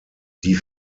die